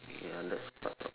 ya that's part of